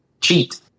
cheat